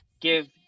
give